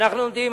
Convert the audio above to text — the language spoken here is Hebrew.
אנחנו עומדים,